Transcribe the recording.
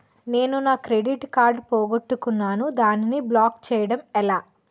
నేను నా credit card పోగొట్టుకున్నాను దానిని బ్లాక్ చేయడం ఎలా?